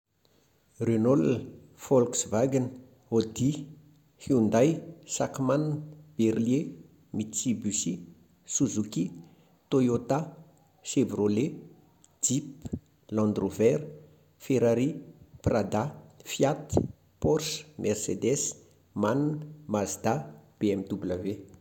Renault, VolksWagen, Audi, Hyundai, Sachman, Berlier, Mitsubishi, Suzuki, Toyota, Chevrolet, Jeep, Land Rover, Ferrari, Prada, Fiat, Porche, Mercedes, Man, Mazda, BMW